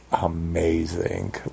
amazing